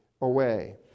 away